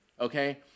okay